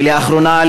באחרונה,